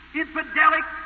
infidelic